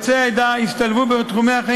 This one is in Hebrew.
אבל יוצאי העדה השתלבו בתחומי החיים